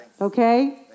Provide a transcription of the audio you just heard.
Okay